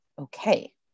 okay